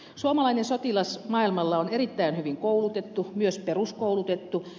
suomalainen sotilas maailmalla on erittäin hyvin koulutettu myös peruskoulutettu